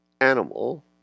animal